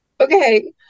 Okay